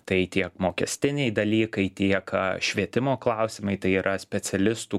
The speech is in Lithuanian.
tai tiek mokestiniai dalykai tiek švietimo klausimai tai yra specialistų